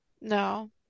No